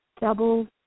double